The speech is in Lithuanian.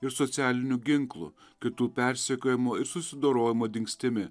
ir socialiniu ginklu kitų persekiojimo ir susidorojimo dingstimi